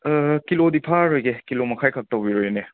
ꯀꯤꯂꯣꯗꯤ ꯐꯥꯔꯔꯣꯏꯒꯦ ꯀꯤꯂꯣ ꯃꯈꯥꯏꯈꯛ ꯇꯧꯕꯤꯔꯣ ꯏꯅꯦ